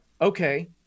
Okay